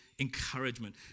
encouragement